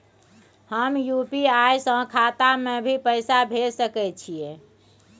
हम यु.पी.आई से खाता में भी पैसा भेज सके छियै?